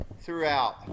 throughout